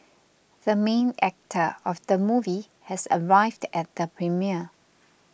the main actor of the movie has arrived at the premiere